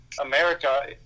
America